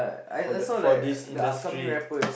for the for this industry